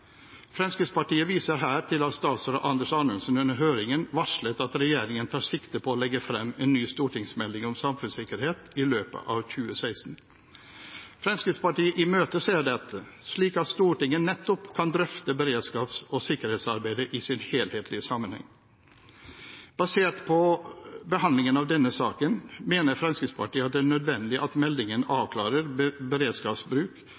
Fremskrittspartiet viser her til at statsråd Anders Anundsen under høringen varslet at regjeringen tar sikte på å legge frem en ny stortingsmelding om samfunnssikkerhet i løpet av 2016. Fremskrittspartiet imøteser dette, slik at Stortinget nettopp kan drøfte beredskaps- og sikkerhetsarbeidet i en helhetlig sammenheng. Basert på behandlingen av denne saken mener Fremskrittspartiet at det er nødvendig at meldingen avklarer